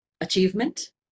achievement